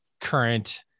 current